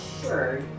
sure